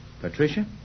Patricia